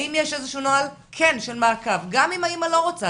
האם יש איזשהו נוהל כן של מעקב גם אם האימא לא רוצה,